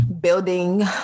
building